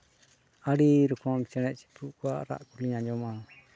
ᱟᱹᱰᱤ ᱨᱚᱠᱚᱢ ᱪᱮᱬᱮ ᱪᱤᱯᱨᱩᱫ ᱠᱚᱣᱟᱜ ᱨᱟᱜ ᱤᱧ ᱟᱸᱡᱚᱢᱟ